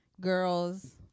girls